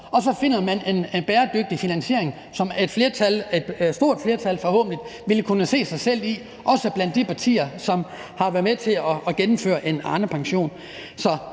og så finder man en bæredygtig finansiering, som et stort flertal forhåbentlig vil kunne se sig selv i, også blandt de partier, som har været med til at gennemføre en Arnepension.